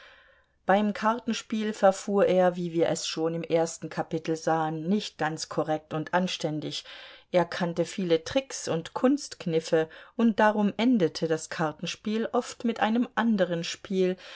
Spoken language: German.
beim kartenspiel verfuhr er wie wir es schon im ersten kapitel sahen nicht ganz korrekt und anständig er kannte viele tricks und kunstkniffe und darum endete das kartenspiel oft mit einem anderen spiel